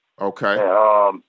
Okay